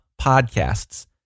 podcasts